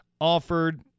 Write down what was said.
offered